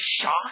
shocked